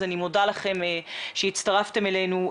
אז אני מודה לכם שהצטרפתם אלינו.